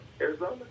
Arizona